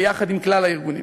ביחד עם כלל הארגונים.